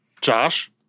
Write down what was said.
Josh